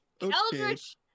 Eldritch